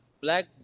black